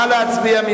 נא להצביע.